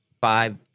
five